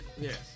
yes